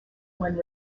one